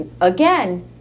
again